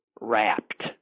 wrapped